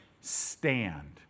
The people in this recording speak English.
stand